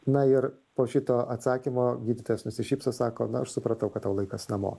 na ir po šito atsakymo gydytojas nusišypso sako na aš supratau kad tau laikas namo